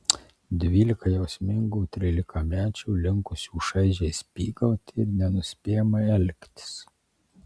dvylika jausmingų trylikamečių linkusių šaižiai spygauti ir nenuspėjamai elgtis